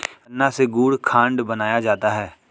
गन्ना से गुड़ खांड बनाया जाता है